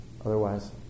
Otherwise